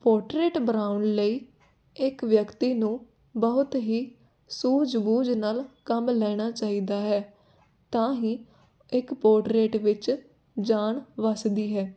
portrait ਬਣਾਉਣ ਲਈ ਇੱਕ ਵਿਅਕਤੀ ਨੂੰ ਬਹੁਤ ਹੀ ਸੂਝ ਬੂਝ ਨਾਲ ਕੰਮ ਲੈਣਾ ਚਾਹੀਦਾ ਹੈ ਤਾਂ ਹੀ ਇੱਕ ਪੋਟਰੇਟ ਵਿੱਚ ਜਾਨ ਵਸਦੀ ਹੈ